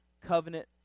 covenant